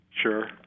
Sure